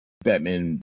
batman